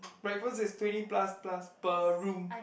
breakfast is twenty plus plus per room